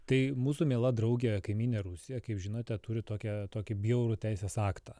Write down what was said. tai mūsų miela draugė kaimynė rusija kaip žinote turi tokią tokį bjaurų teisės aktą